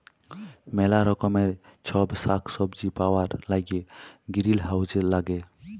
ম্যালা রকমের ছব সাগ্ সবজি পাউয়ার ল্যাইগে গিরিলহাউজ ল্যাগে